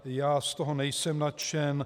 Já z toho nejsem nadšen.